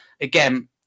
again